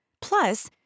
Plus